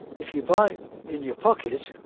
if you buy in your pocket,